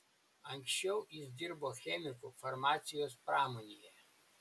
anksčiau jis dirbo chemiku farmacijos pramonėje